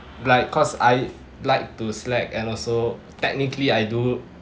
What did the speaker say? like cause I like to slack and also technically I do